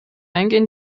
eingehen